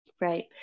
right